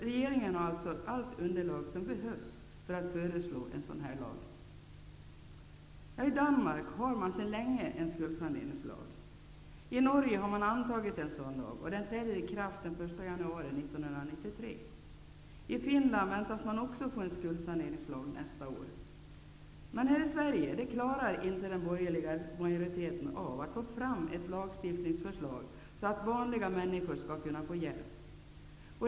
Regeringen har alltså allt underlag som behövs för att föreslå en sådan lag. I Danmark har man sedan länge en skuldsaneringslag. I Norge har man antagit en sådan lag, och den träder i kraft den 1 januari 1993. Finland väntas också få en skuldsaneringslag nästa år. Men här i Sverige klarar den borgerliga majoriteten inte av att få fram ett lagstiftningsförslag så att vanliga människor kan få hjälp.